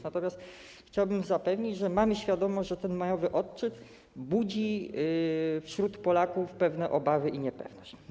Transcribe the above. Natomiast chciałbym zapewnić, że mamy świadomość, że ten majowy odczyt budzi wśród Polaków pewne obawy i niepewność.